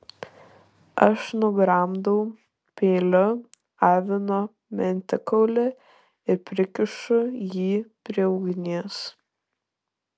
aš nugramdau peiliu avino mentikaulį ir prikišu jį prie ugnies